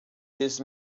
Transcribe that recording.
his